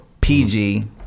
PG